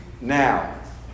now